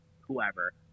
whoever